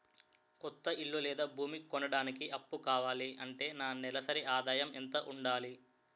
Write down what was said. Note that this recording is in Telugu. కొత్త ఇల్లు లేదా భూమి కొనడానికి అప్పు కావాలి అంటే నా నెలసరి ఆదాయం ఎంత ఉండాలి?